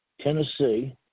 Tennessee